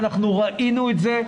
ואנחנו ראינו את זה,